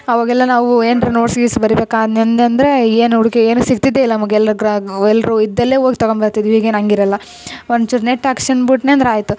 ಆವಾಗೆಲ್ಲ ನಾವು ಏನರ ನೋಟ್ಸ್ ಗೀಟ್ಸ್ ಬರಿಬೇಕು ಅನ್ಯಂದ್ರೆ ಏನು ಹುಡ್ಕೆ ಏನು ಸಿಗ್ತಿದ್ದೆ ಇಲ್ಲ ನಮಗೆ ಎಲ್ಲ ಗ್ರ ಎಲ್ಲರು ಇದ್ದಲ್ಲೆ ಹೋಗ್ ತಗೊಂಬರ್ತಿದ್ವಿ ಈಗೇನು ಹಂಗಿರಲ್ಲ ಒಂಚೂರು ನೆಟ್ ಹಾಕ್ಸ್ಕ್ಯಾಂಬುಟ್ನಂದ್ರೆ ಆಯಿತು